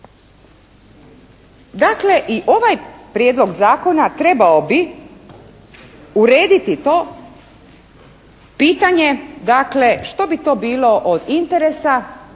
Dakle, i ovaj prijedlog zakona trebao bi urediti to pitanje dakle, što bi to bilo od interesa